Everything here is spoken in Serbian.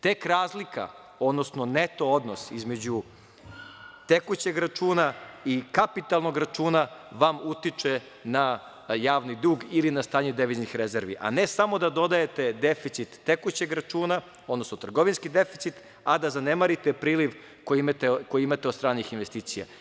Tek razlika, odnosno neto odnos između tekućeg računa i kapitalnog računa vam utiče na javni dug ili na stanje deviznih rezervi, a ne samo da dodajete deficit tekućeg računa, trgovinski deficit, a da zanemarite priliv koji imate od stranih investicija.